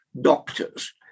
doctors